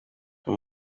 ndi